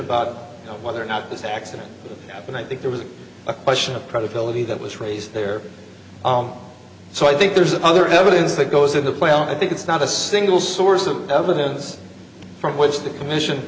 about whether or not this accident happened i think there was a question of credibility that was raised here so i think there's other evidence that goes in the play i think it's not a single source of evidence from which the commission